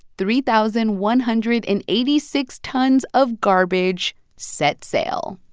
three thousand one hundred and eighty six tons of garbage set sail,